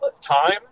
time